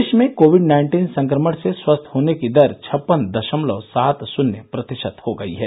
देश में COVID nineteen संक्रमण से स्वस्थ होने की दर छप्पन दशमलव सात शन्य प्रतिशत हो गई है